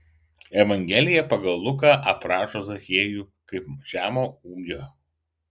evangelija pagal luką aprašo zachiejų kaip žemo ūgio